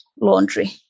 laundry